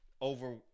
over